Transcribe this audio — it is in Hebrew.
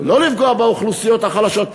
לא לפגוע באוכלוסיות החלשות,